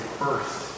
first